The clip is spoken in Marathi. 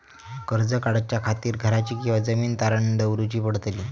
कर्ज काढच्या खातीर घराची किंवा जमीन तारण दवरूची पडतली?